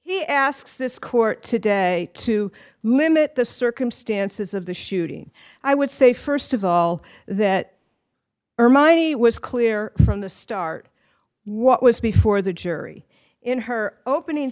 he asks this court today to limit the circumstances of the shooting i would say st of all that mind he was clear from the start what was before the jury in her opening